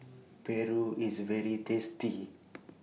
Paru IS very tasty